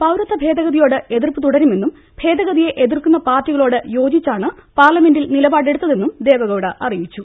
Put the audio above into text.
പൌരത്വഭേദഗതിയോട് എതിർപ്പ് തുടരുമെന്നും ഭേദഗതിയെ എതിർക്കുന്ന പാർട്ടികളോട് യോജിച്ചാണ് പാർല്മെന്റിൽ നിലപാ ടെടുത്തതെന്നും ദേവഗൌഡ അറിയിച്ചു